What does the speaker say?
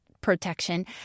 protection